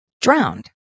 drowned